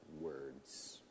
words